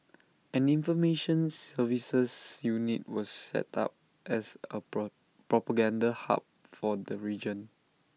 an information services unit was set up as A pro propaganda hub for the region